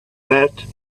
met